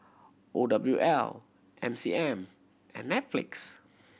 O W L M C M and Netflix